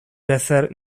deser